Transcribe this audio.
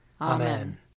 Amen